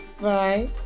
Bye